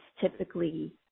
typically